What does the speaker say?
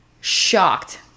shocked